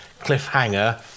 cliffhanger